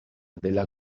della